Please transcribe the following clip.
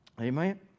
Amen